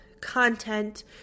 content